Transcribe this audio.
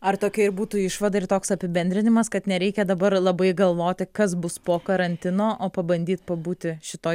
ar tokia ir būtų išvada ir toks apibendrinimas kad nereikia dabar labai galvoti kas bus po karantino o pabandyt pabūti šitoj